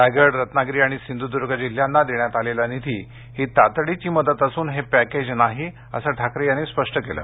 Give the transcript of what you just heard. रायगड रत्नागिरी आणि सिंधुदुर्ग जिल्ह्यांना देण्यात आलेला निधी ही तातडीची मदत असून हे पॅकेज नसल्याचे ठाकरे यांनी स्पष्ट केले